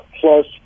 plus